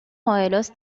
modelos